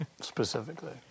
specifically